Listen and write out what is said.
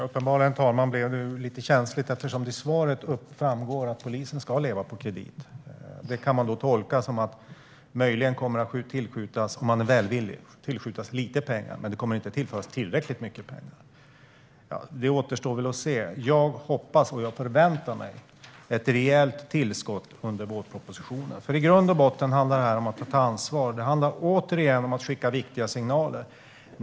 Herr talman! Uppenbarligen blev det lite känsligt eftersom det framgår av svaret att polisen ska leva på kredit. Detta kan man, om man är välvillig, tolka som att det möjligen kommer att tillskjutas lite pengar, men inte tillräckligt mycket. Det återstår väl att se. Jag hoppas och förväntar mig ett rejält tillskott i vårpropositionen. I grund och botten handlar detta om att ta ansvar. Återigen: Det handlar om att skicka viktiga signaler.